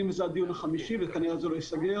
וזה הדיון החמישי וכנראה שזה לא ייסגר